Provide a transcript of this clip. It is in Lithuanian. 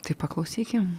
taip paklausykim